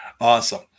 Awesome